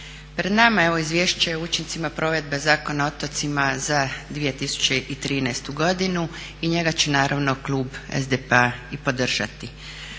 Pred nama je Izvješće o učincima provedbe Zakona o otocima za 2013. godinu i njega će naravno klub SDP-a i podržati.